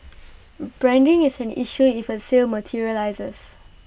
branding is an issue if A sale materialises